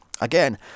Again